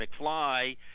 McFly